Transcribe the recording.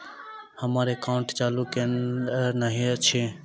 हम्मर एकाउंट चालू केल नहि अछि?